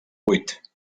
buit